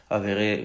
avere